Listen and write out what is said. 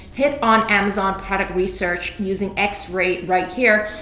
hit on amazon product research using x ray right here,